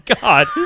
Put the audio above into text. God